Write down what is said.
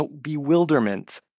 bewilderment